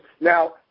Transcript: Now